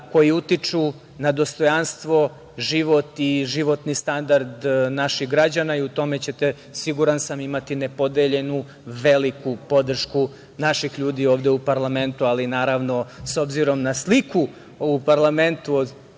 koje utiču na dostojanstvo, život i životni standard naših građana i u tome ćete, siguran sam imati nepodeljenu veliku podršku naših ljudi ovde u parlamentu, ali naravno, s obzirom na sliku u parlamentu